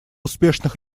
успешных